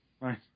Right